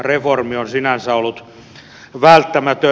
reformi on sinänsä ollut välttämätön